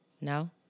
No